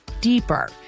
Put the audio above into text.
deeper